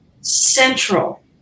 central